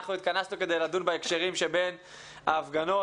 אנחנו התכנסנו כדי לדון בהקשרים שבין ההפגנות,